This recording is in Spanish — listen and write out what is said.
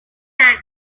tang